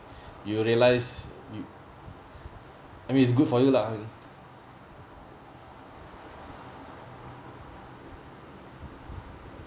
you realise you I mean is good for you lah